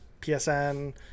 PSN